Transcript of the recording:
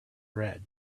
red